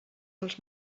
els